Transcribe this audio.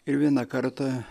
ir vieną kartą